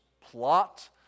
plot